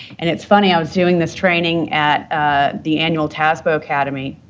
and it's funny. i was doing this training at ah the annual tasbo academy,